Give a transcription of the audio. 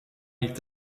niet